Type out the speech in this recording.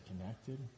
connected